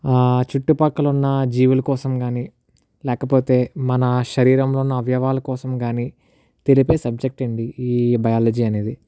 చుట్టుపక్కల ఉన్న జీవుల కోసం గాని లేకపోతే మన శరీరంలో ఉన్న అవయవాల కోసం గాని తెలిపే సబ్జెక్ట్ అండి ఈ బయాలజీ అనేది